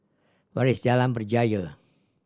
where is Jalan Berjaya